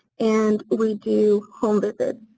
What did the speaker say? and we do home visits.